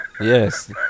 Yes